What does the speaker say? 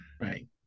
right